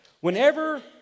Whenever